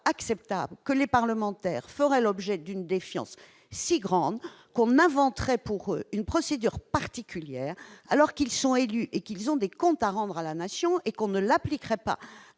acceptable que les parlementaires fassent l'objet d'une défiance si grande qu'on inventerait pour eux une procédure particulière, alors qu'ils sont élus et ont des comptes à rendre à la Nation, tandis que les